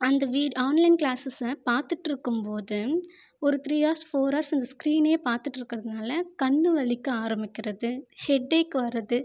அந்த வீட் ஆன்லைன் கிளாஸஸில் பார்த்துட்ருக்கும்போது ஒரு த்ரீ ஹார்ஸ் ஃபோர் ஹார்ஸ் அந்த ஸ்கிரீனே பார்த்துட்ருக்குறதுனால கண்ணு வலிக்க ஆரபிக்கிறது ஹெட்டேக் வருது